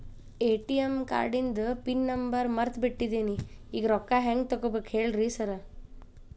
ATM ಕಾರ್ಡಿಂದು pin number ಮರ್ತ್ ಬಿಟ್ಟಿದೇನಿ ಈಗ ರೊಕ್ಕಾ ಹೆಂಗ್ ತೆಗೆಬೇಕು ಹೇಳ್ರಿ ಸಾರ್